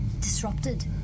disrupted